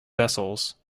vessels